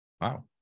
Wow